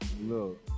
Look